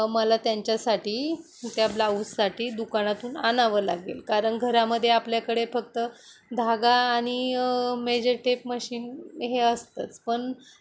मला त्यांच्यासाठी त्या ब्लाऊजसाठी दुकानातून आणावं लागेल कारण घरामध्ये आपल्याकडे फक्त धागा आणि मेजर टेप मशीन हे असतंच पण